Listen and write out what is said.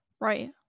Right